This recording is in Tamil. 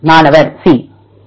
மாணவர் C